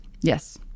yes